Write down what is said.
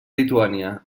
lituània